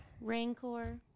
Rancor